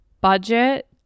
budget